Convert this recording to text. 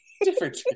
different